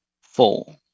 four